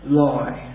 lie